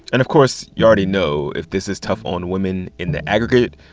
and of course, you already know if this is tough on women in the aggregate,